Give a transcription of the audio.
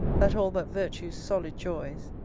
that all but virtue's solid joys,